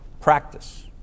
Practice